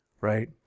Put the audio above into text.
right